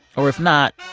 or if not,